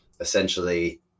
essentially